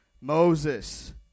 Moses